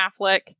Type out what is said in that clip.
Affleck